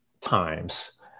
times